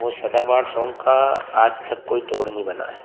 वो सदाबहार सॉन्ग का आज तक कोई तोड़ नहीं बना है